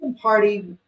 Party